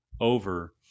over